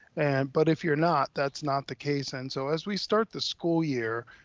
and but if you're not, that's not the case. and so as we start the school year,